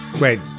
Wait